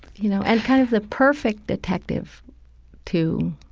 you know, and kind of the perfect detective too,